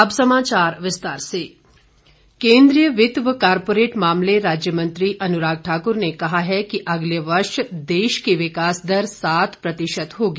अनुराग ठाकुर केंद्रीय वित्त व कारपोरेट मामले राज्य मंत्री अनुराग ठाकुर ने कहा है कि अगले वर्ष देश की विकास दर सात प्रतिशत होगी